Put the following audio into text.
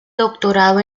doctorado